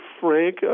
Frank